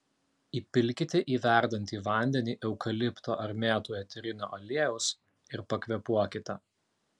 įpilkite į verdantį vandenį eukalipto ar mėtų eterinio aliejaus ir pakvėpuokite